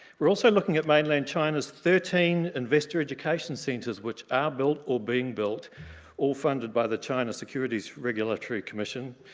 we're also looking at mainland china's thirteen investor education centers which are built or being built all funded by the china securities regulatory commission.